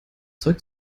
zeug